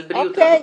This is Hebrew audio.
רבותיי.